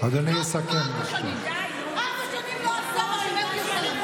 ארבע שנים לא עשה מה